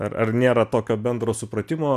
ar ar nėra tokio bendro supratimo